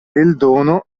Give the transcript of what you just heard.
eldono